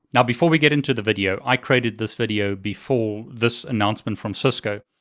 now before we get into the video, i created this video before this announcement from cisco.